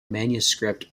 manuscript